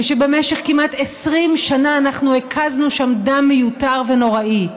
ושבמשך כמעט 20 שנה אנחנו הקזנו שם דם מיותר ונוראי.